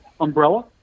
umbrella